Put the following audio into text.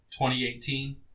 2018